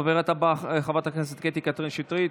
הדוברת הבאה, חברת הכנסת קטי קטרין שטרית,